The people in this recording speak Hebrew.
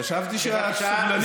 חשבתי שאת סבלנית כלפיי.